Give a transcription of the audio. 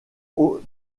aux